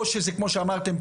או שזה כמו שאמרתם,